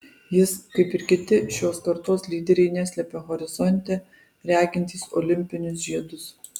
jis kaip ir kiti šios kartos lyderiai neslepia horizonte regintys olimpinius žiedus